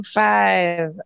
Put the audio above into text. five